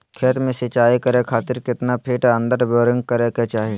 खेत में सिंचाई करे खातिर कितना फिट अंदर बोरिंग करे के चाही?